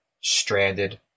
stranded